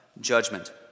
judgment